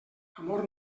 amor